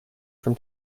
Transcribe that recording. from